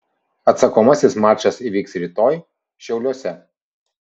atsakomasis mačas įvyks rytoj šiauliuose